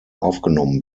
aufgenommen